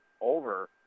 over